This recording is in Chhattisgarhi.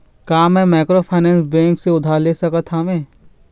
का मैं माइक्रोफाइनेंस बैंक से उधार ले सकत हावे?